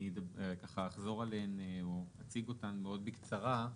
אני אציג אותן מאוד בקצרה,